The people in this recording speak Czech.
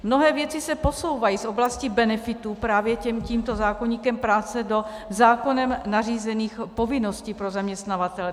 Mnohé věci se posouvají z oblasti benefitů právě tímto zákoníkem práce do zákonem nařízených povinností pro zaměstnavatele.